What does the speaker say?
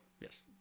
Yes